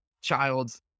child's